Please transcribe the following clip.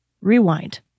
rewind